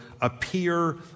appear